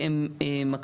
כי הן מקשות.